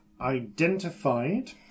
identified